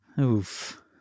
Oof